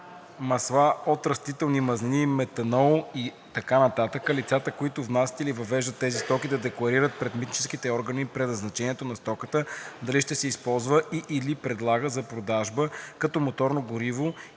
(масла от растителни мазнини, метанол и така нататък) лицата, които внасят или въвеждат тези стоки, да декларират пред митническите органи предназначението на стоката (дали ще се използва и/или предлага за продажба като моторно гориво